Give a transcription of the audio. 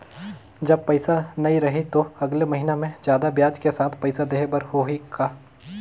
जब पइसा नहीं रही तो अगले महीना मे जादा ब्याज के साथ पइसा देहे बर होहि का?